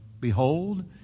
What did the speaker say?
Behold